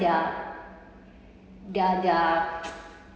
ya they're they're